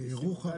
לירוחם.